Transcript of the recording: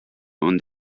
und